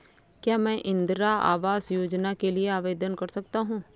क्या मैं इंदिरा आवास योजना के लिए आवेदन कर सकता हूँ?